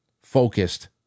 focused